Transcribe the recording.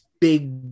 big